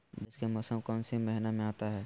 बारिस के मौसम कौन सी महीने में आता है?